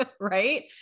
Right